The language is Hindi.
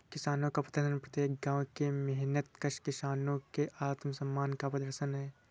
किसानों का प्रदर्शन प्रत्येक गांव के मेहनतकश किसानों के आत्मसम्मान का प्रदर्शन है